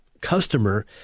customer